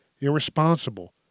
irresponsible